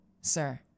sir